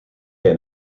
hij